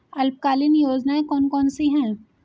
अल्पकालीन योजनाएं कौन कौन सी हैं?